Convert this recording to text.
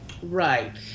right